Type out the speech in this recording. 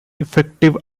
effective